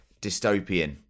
dystopian